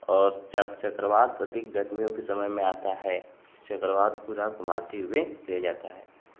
और चक चक्रवात अधिक गर्मियों के समय में आता है चक्रवात पूरा घुमाते हुए ले जाता है